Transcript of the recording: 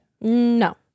No